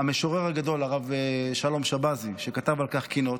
המשורר הגדול הרב שלום שבזי, שכתב על כך קינות,